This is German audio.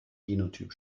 genotyp